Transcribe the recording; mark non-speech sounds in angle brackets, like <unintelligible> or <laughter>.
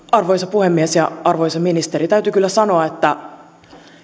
<unintelligible> arvoisa puhemies arvoisa ministeri täytyy kyllä sanoa että